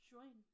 Join